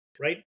right